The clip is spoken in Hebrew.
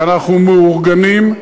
ואנחנו מאורגנים.